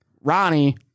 Ronnie